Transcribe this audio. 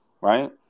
Right